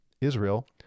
Israel